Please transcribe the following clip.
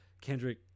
Kendrick